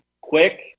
quick